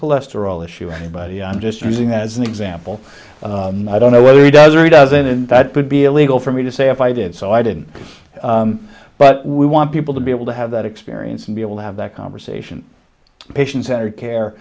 cholesterol issue anybody i'm just using that as an example i don't know whether he does or doesn't and that could be a legal for me to say if i did so i didn't but we want people to be able to have that experience and be able to have that conversation patient centered care